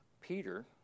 Peter